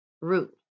root